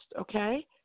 okay